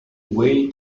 wade